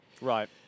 right